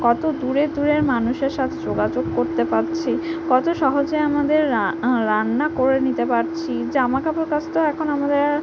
কত দূরের দূরের মানুষের সাথে যোগাযোগ করতে পারছি কত সহজে আমাদের রান্না করে নিতে পারছি জামা কাপড় কাচতেও এখন আমাদের আর